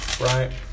Right